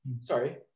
sorry